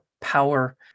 Power